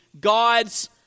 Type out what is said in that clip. God's